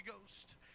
Ghost